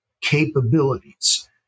capabilities